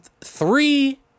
three